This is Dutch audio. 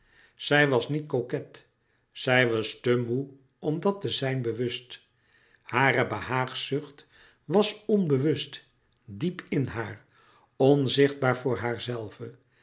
zij was niet coquet zij was te moê om dat te zijn bewust hare behaagzucht was nbewust diep in haar onzichtbaar voor haarzelve